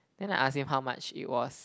then I ask him how much it was